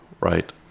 right